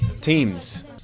Teams